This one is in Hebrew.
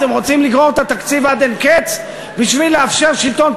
אתם רוצים לגרור את התקציב עד אין קץ בשביל לאפשר שלטון פקידים?